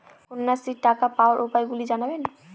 কন্যাশ্রীর টাকা পাওয়ার উপায়গুলি জানাবেন?